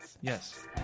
Yes